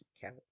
count